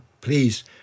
Please